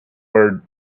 were